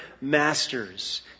masters